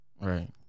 Right